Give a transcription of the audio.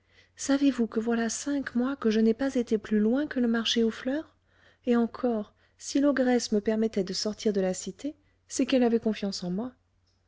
savez-vous que voilà cinq mois que je n'ai pas été plus loin que le marché aux fleurs et encore si l'ogresse me permettait de sortir de la cité c'est qu'elle avait confiance en moi